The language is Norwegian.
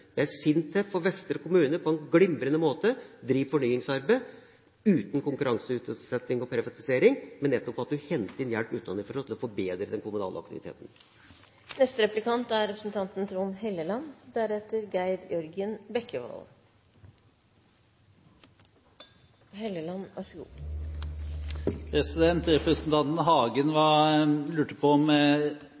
SINTEF og Vestre Toten kommune på en glimrende måte driver fornyingsarbeid uten konkurranseutsetting og privatisering, men nettopp henter inn hjelp utenfra for å forbedre den kommunale aktiviteten. Representanten Hagen lurte på om tankesettet vårt endret seg når kameralysene blir slått av. Nå har ikke jeg sett så